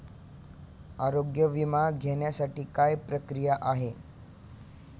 आरोग्य विमा घेण्यासाठी काय प्रक्रिया आहे?